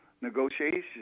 negotiation